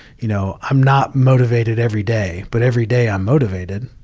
you know, i'm not motivated every day, but every day i'm motivated.